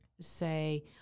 say